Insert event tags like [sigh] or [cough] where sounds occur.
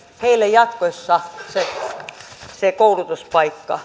jatkossa se koulutuspaikka [unintelligible]